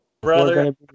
brother